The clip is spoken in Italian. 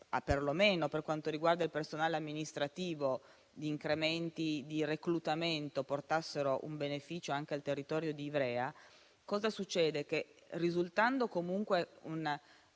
per quanto riguarda il personale amministrativo, gli incrementi di reclutamento portassero un beneficio anche al territorio di Ivrea, risultando comunque un